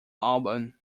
album